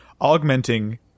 augmenting